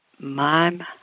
Mom